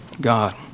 God